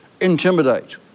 intimidate